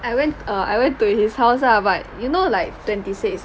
I went err I went to his house lah but you know like twenty six